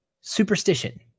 Superstition